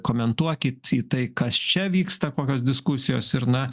komentuokit į tai kas čia vyksta kokios diskusijos ir na